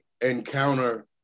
encounter